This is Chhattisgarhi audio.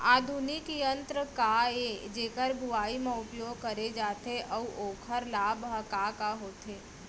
आधुनिक यंत्र का ए जेकर बुवाई म उपयोग करे जाथे अऊ ओखर लाभ ह का का होथे?